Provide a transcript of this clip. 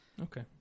Okay